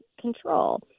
control